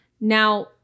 Now